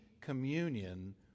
communion